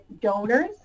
donors